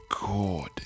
god